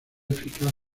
eficaz